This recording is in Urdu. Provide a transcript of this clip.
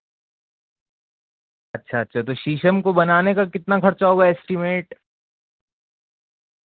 اچھا اچھا تو شیشم کو بنانے کا کتنا خرچہ ہوگا ایسٹیمیٹ